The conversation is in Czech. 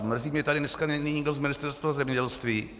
A mrzí mě, že tady dneska není nikdo z Ministerstva zemědělství.